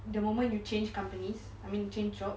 the moment you change companies I mean change jobs